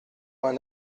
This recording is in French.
vingt